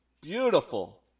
beautiful